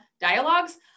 dialogues